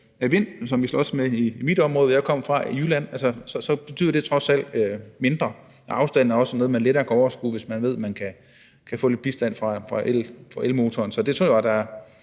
af vind, som vi slås med i det område, jeg kommer fra, i Jylland. Så betyder det trods alt mindre, og afstanden er også noget, man lettere kan overskue, hvis man ved, at man kan få lidt bistand fra elmotoren. Så det synes jeg er